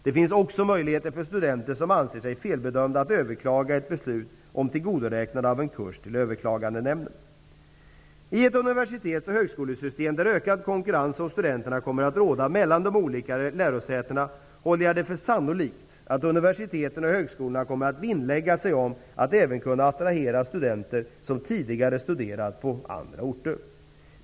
Det finns också möjligheter för studenter som anser sig felbedömda att överklaga ett beslut om tillgodoräknande av en kurs till I ett universitets och högskolesystem där ökad konkurrens om studenterna kommer att råda mellan de olika lärosätena håller jag det för sannolikt att universiteten och högskolorna kommer att vinnlägga sig om att även kunna attrahera studenter som tidigare studerat på andra orter.